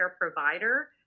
provider